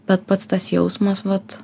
bet pats tas jausmas vat